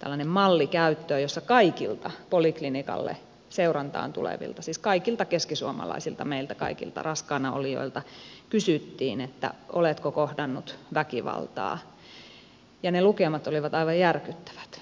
käyttöön malli jossa kaikilta poliklinikalle seurantaan tulevilta siis kaikilta keskisuomalaisilta raskaana olevilta kysyttiin oletko kohdannut väkivaltaa niin minulle itselleni suurin hätkähdys oli se että ne lukemat olivat aivan järkyttävät